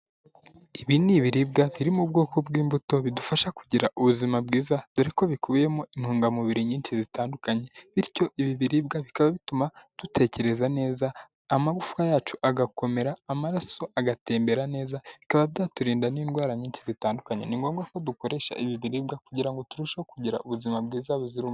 Ibi ni ibiribwa biri mu bwoko bw'imbuto bidufasha kugira ubuzima bwiza, dore ko bikubiyemo intungamubiri nyinshi zitandukanye; bityo ibi biribwa bikaba bituma dutekereza neza, amagufwa yacu agakomera, amaraso agatembera neza, bikaba byaturinda n'indwara nyinshi zitandukanye. Ni ngombwa ko dukoresha ibi biribwa kugira ngo turusheho kugira ubuzima bwiza buzira umu...